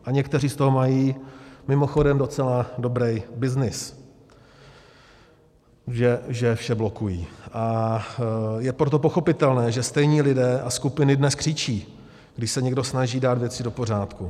A někteří z toho mají mimochodem docela dobrý byznys, že vše blokují, a je proto pochopitelné, že stejní lidé a skupiny dnes křičí, když se někdo snaží dát věci do pořádku.